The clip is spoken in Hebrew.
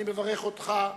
אני מברך אותך,